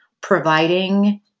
providing